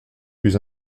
plus